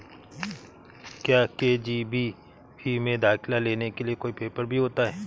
क्या के.जी.बी.वी में दाखिला लेने के लिए कोई पेपर भी होता है?